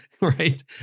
right